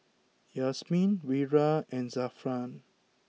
Yasmin Wira and Zafran